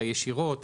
הישירות,